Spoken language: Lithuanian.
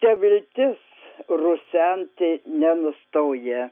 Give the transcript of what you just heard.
ta viltis rusenti nenustoja